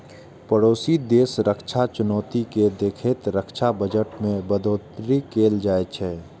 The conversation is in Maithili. पड़ोसी देशक रक्षा चुनौती कें देखैत रक्षा बजट मे बढ़ोतरी कैल जाइ छै